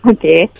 Okay